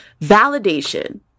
validation